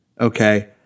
Okay